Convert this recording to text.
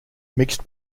mixed